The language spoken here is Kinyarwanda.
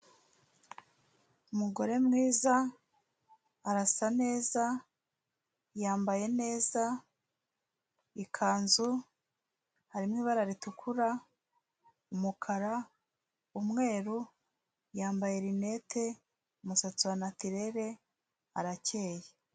Umugore mwiza arasa neza, yambaye neza, ikanzu, hari mo ibara ritukura, umukara, umweru, yambaye rinete, umusatsi wa natirere arakeye.